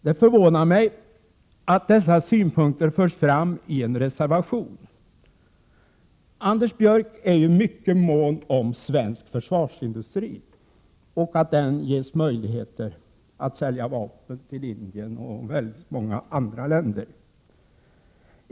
Det förvånar mig att dessa synpunkter förs fram i en reservation. Anders Björck är ju mycket mån om svensk försvarsindustri och att den ges möjligheter att sälja vapen till Indien och många andra länder.